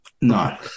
no